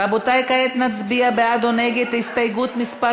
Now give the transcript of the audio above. רבותי, כעת נצביע בעד או נגד הסתייגות מס'